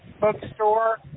Bookstore